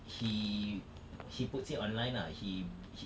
he he puts it online ah he b~ he